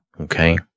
okay